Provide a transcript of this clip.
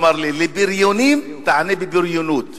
אמר לי: לבריונים תענה בבריונות,